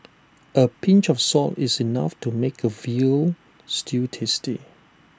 A pinch of salt is enough to make A Veal Stew tasty